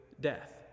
death